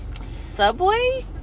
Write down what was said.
Subway